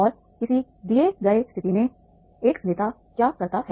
और किसी दिए गए स्थिति में एक नेता क्या करता है